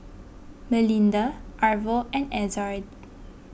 Melinda Arvo and Ezzard